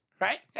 right